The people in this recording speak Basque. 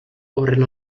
horren